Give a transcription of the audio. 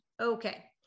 Okay